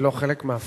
היא לא חלק מה"פתח"?